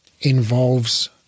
involves